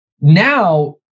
Now